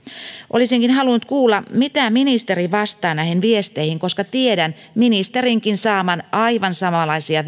olisinkin halunnut kuulla mitä ministeri vastaa näihin viesteihin koska tiedän ministerin saavan aivan samanlaisia